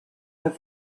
have